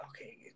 Okay